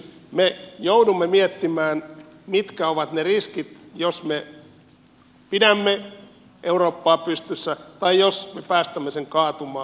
me joudumme miettimään mitkä ovat ne riskit jos me pidämme eurooppaa pystyssä tai jos me päästämme sen kaatumaan